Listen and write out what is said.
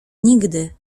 nigdy